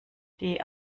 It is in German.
die